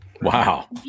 Wow